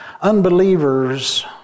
Unbelievers